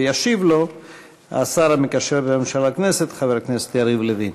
וישיב לו השר המקשר בין הממשלה לכנסת חבר הכנסת יריב לוין.